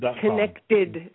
Connected